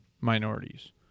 minorities